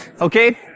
Okay